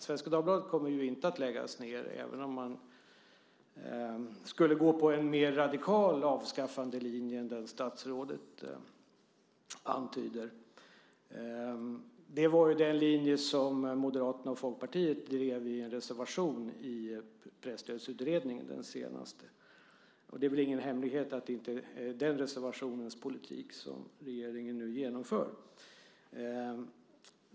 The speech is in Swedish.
Svenska Dagbladet kommer inte att läggas ned, även om man skulle gå på en mer radikal avskaffandelinje än den statsrådet antyder. Det var den linje som Moderaterna och Folkpartiet drev i en reservation i den senaste presstödsutredningen. Det är väl ingen hemlighet att det inte är den reservationens politik som regeringen nu genomför.